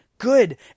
Good